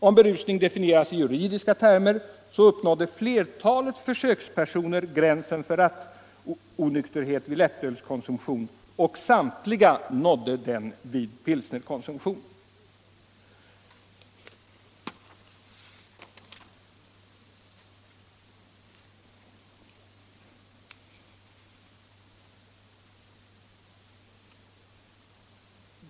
Om berusning definieras i juridiska termer uppnådde flertalet försökspersoner gränsen för rattonykterhet vid lättölskonsumtionen, och samtliga nådde den vid pilsnerkonsumtionen.